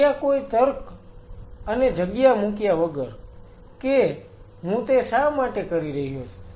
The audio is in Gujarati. ત્યાં કોઈ તર્ક અને જગ્યા મૂક્યા વગર કે હું તે શા માટે કરી રહ્યો છું